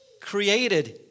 created